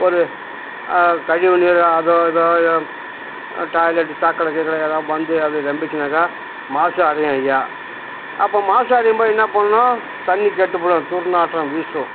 ஒரு கழிவு நீரோ அதோ ஏதோ யோ டாய்லெட்டு சாக்கடை கீக்கடை ஏதா வந்து அப்படி ரொம்பிச்சுன்னாக்கா மாசு அடையும் ஐயா அப்ப மாசு அடையும்போது என்ன பண்ணணும் தண்ணி கெட்டுப்புடும் துர்நாற்றம் வீசும்